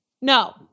No